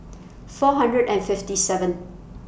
four hundred and fifty seven